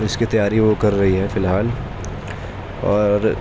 اس کی تیاری وہ کر رہی ہے فی الحال اور